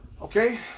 Okay